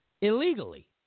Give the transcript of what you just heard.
illegally